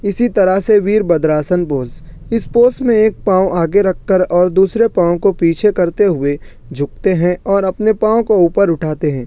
اسی طرح سے ویر بدراسن پوز اس پوز میں ایک پاؤں آگے رکھ کر اور دوسرے پاؤں کو پیچھے کرتے ہوئے جھکتے ہیں اور اپنے پاؤں کو اوپر اٹھاتے ہیں